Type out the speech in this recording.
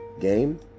game